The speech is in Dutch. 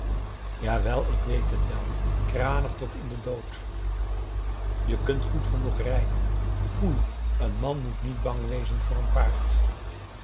jawel ik weet het wel kranig tot in den dood je kunt goed genoeg rijden foei een man moet niet bang wezen voor een paard